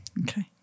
okay